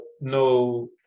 no